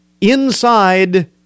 inside